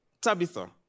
Tabitha